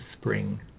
Spring